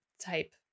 type